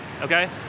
Okay